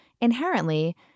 inherently